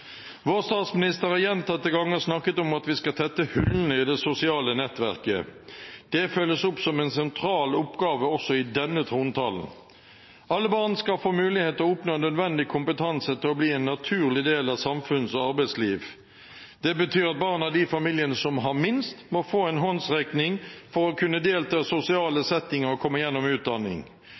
Vår statsminister har gjentatte ganger snakket om at vi skal tette hullene i det sosiale nettverket. Det følges opp som en sentral oppgave også i denne trontalen. Alle barn skal få muligheter til å oppnå nødvendig kompetanse til å bli en naturlig del av samfunns- og arbeidsliv. Det betyr at barn av de familiene som har minst, må få en håndsrekning for å kunne delta i sosiale settinger og komme gjennom utdanning.